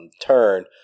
turn